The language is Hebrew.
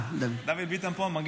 דוד ביטן פה.